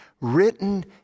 written